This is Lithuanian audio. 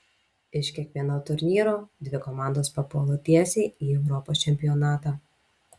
iš kiekvieno turnyro dvi komandos papuola tiesiai į europos čempionatą